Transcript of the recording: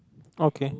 okay